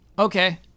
Okay